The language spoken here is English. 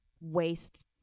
waste